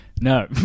No